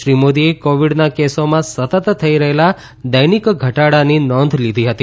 શ્રી મોદીએ કોવિડના કેસોમાં સતત થઇ રહેલા દૈનિક ઘટાડાની નોંધ લીધી હતી